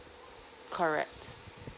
correct